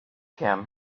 him